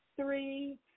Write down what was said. three